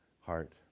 heart